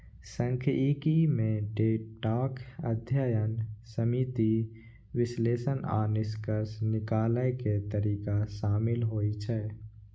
सांख्यिकी मे डेटाक अध्ययन, समीक्षा, विश्लेषण आ निष्कर्ष निकालै के तरीका शामिल होइ छै